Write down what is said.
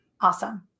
Awesome